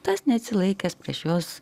tas neatsilaikęs prieš jos